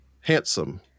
handsome